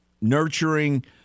nurturing